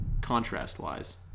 contrast-wise